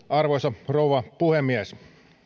arvoisa rouva puhemies